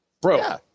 bro